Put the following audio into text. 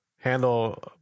handle